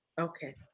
Okay